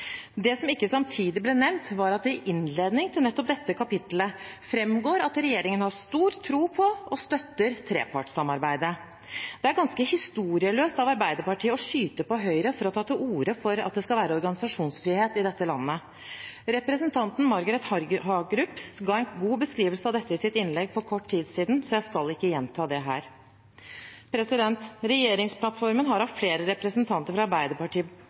organisert eller ikke. Det som ikke samtidig ble nevnt, var at det i innledningen til dette kapitlet framgår at regjeringen har stor tro på og støtter trepartssamarbeidet. Det er ganske historieløst av Arbeiderpartiet å skyte på Høyre for å ta til orde for at det skal være organisasjonsfrihet i dette landet. Representanten Margret Hagerup ga en god beskrivelse av dette i sitt innlegg for kort tid siden, så jeg skal ikke gjenta det her. Regjeringsplattformen har av flere representanter fra Arbeiderpartiet